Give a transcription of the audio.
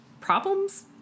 problems